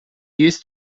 used